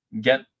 get